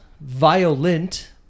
Violent